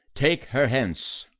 take her hence.